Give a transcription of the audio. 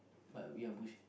but we are